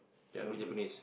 don't know